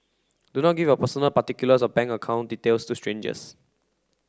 do not give your personal particulars or bank account details to strangers